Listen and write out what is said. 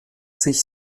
sich